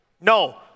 No